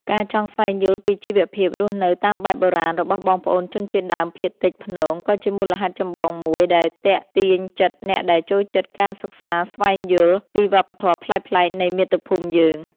ការចង់ស្វែងយល់ពីជីវភាពរស់នៅតាមបែបបុរាណរបស់បងប្អូនជនជាតិដើមភាគតិចព្នងក៏ជាមូលហេតុចម្បងមួយដែលទាក់ទាញចិត្តអ្នកដែលចូលចិត្តការសិក្សាស្វែងយល់ពីវប្បធម៌ប្លែកៗនៃមាតុភូមិយើង។